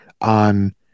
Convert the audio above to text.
on